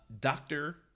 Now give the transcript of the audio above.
Doctor